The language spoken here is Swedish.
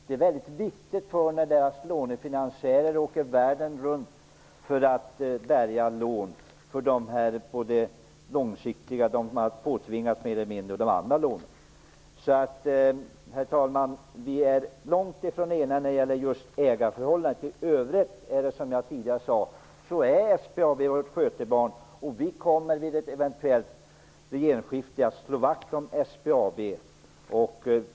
Det är väldigt viktigt när SBAB:s lånefinansiärer åker världen runt för att bärga lån, både för de långsiktiga lån som man mer eller mindre har påtvingats och för de andra lånen. Herr talman! Vi är alltså långt ifrån eniga när det gäller just ägarförhållandena. Som jag sade tidigare är SBAB vårt skötebarn, och vid ett eventuellt regeringsskifte kommer vi att slå vakt om SBAB.